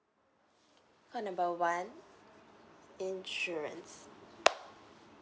call number one insurance